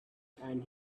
and